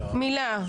מילה.